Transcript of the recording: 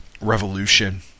revolution